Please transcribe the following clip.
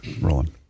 Rolling